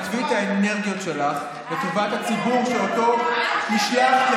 שתנתבי את האנרגיות שלך לטובת הציבור שבזכותו נשלחת,